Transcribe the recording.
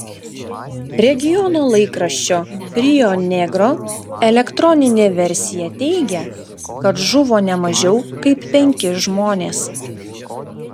regiono laikraščio rio negro elektroninė versija teigia kad žuvo ne mažiau kaip penki žmonės